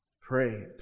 pray